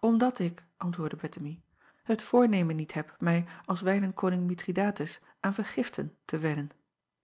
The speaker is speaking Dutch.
mdat ik antwoordde ettemie het voornemen niet heb mij als wijlen koning ithridates aan vergiften te